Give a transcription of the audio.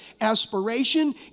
aspiration